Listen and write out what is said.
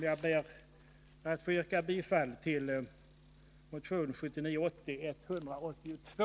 Jag ber att få yrka bifall till motion 1979/80:182.